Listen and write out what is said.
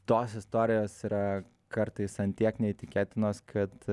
tos istorijos yra kartais ant tiek neįtikėtinos kad